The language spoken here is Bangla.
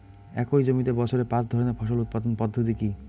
একই জমিতে বছরে পাঁচ ধরনের ফসল উৎপাদন পদ্ধতি কী?